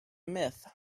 myth